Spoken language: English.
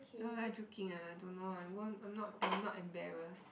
no lah joking ah I don't know ah I'm not am not embarrassed